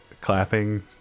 clapping